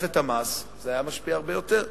ובתוספת המס זה היה משפיע הרבה יותר.